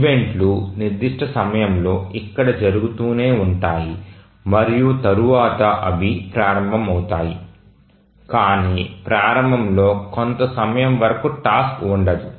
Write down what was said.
event లు నిర్దిష్ట సమయంలో ఇక్కడ జరుగుతూనే ఉంటాయి మరియు తరువాత అవి ప్రారంభమవుతాయి కాని ప్రారంభంలో కొంత సమయం వరకు టాస్క్ ఉండదు